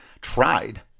tried